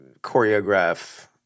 choreograph